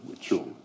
Sure